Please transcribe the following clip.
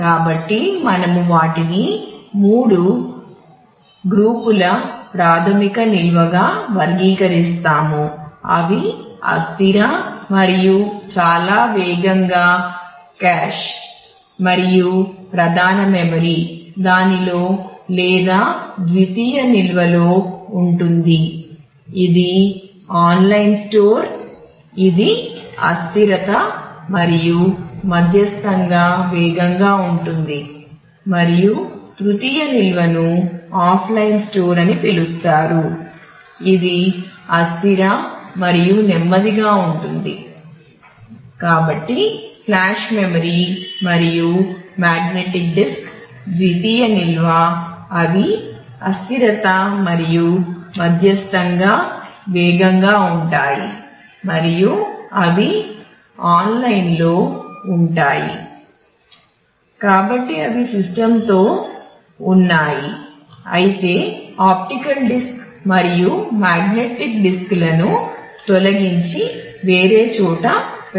కాబట్టి ఇది ప్రాథమిక నిల్వ హైరార్కీ లను తొలగించి వేరే చోట పెట్టవచ్చు